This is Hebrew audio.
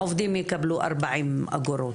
העובדים יקבלו ארבעים אגורות,